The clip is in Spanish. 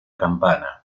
campana